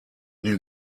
new